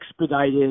expedited